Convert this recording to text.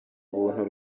ubuntu